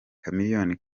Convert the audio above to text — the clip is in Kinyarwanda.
chameleone